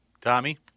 Tommy